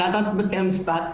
הנהלת בתי המשפט,